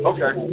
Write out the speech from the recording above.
Okay